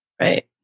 Right